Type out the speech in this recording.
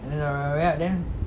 and then banyak-banyak then